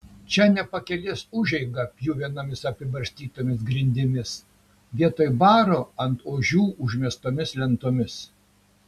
čia ne pakelės užeiga pjuvenomis apibarstytomis grindimis vietoj baro ant ožių užmestomis lentomis